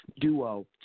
duo